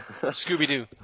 Scooby-Doo